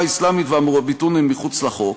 האסלאמית וה'מוראביטון' אל מחוץ לחוק,